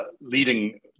leading